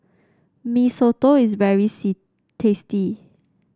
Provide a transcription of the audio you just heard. Mee Soto is very tasty